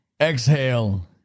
Exhale